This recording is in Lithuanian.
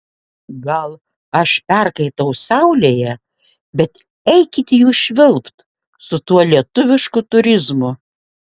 gal aš perkaitau saulėje bet eikit jūs švilpt su tuo lietuvišku turizmu